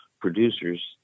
producers